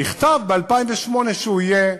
נכתב ב-2008 שהוא יהיה,